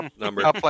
number